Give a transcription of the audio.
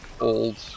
old